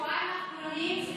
שבועיים אחרונים,